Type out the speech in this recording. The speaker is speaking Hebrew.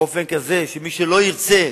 באופן כזה שמי שלא ירצה